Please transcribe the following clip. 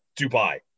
Dubai